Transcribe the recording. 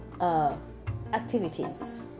activities